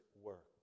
work